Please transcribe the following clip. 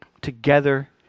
together